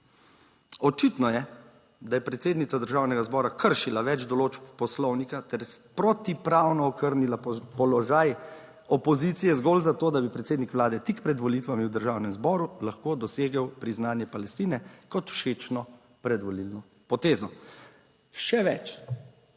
Očitno je, da je predsednica Državnega zbora kršila več določb poslovnika ter protipravno okrnila položaj opozicije, zgolj za to, da bi predsednik vlade tik pred volitvami v Državnem zboru lahko dosegel priznanje Palestine kot všečno predvolilno potezo. Še več.